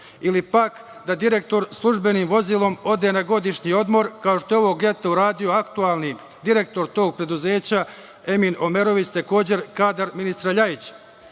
Ili, pak da direktor službenim vozilom ode na godišnji odmor kao što je ovog leta uradio aktuelni direktor tog preduzeća Emin Omerović, takođe kadar ministra Ljajića. Zato